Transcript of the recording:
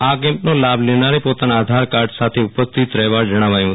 આ કેમ્પનો લાભ લેનારે પોતાના આધાર કાર્ડ સાથે ઉપસ્થિત રહેવા જણાવાયું છે